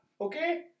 okay